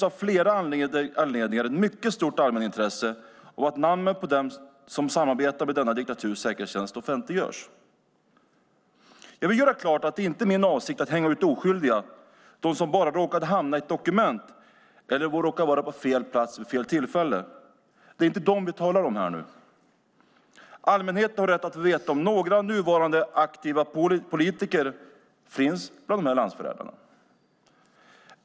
Av flera anledningar finns det ett mycket stort allmänintresse för att namnen på dem som samarbetade med denna diktaturs säkerhetstjänst offentliggörs. Jag vill göra klart att det inte är min avsikt att hänga ut oskyldiga, dem som bara råkat hamna i ett dokument eller som råkat vara på fel plats vid fel tillfälle. Det är inte dessa vi här talar om. Allmänheten har rätt att få veta om några nuvarande aktiva politiker finns bland de här landsförrädarna.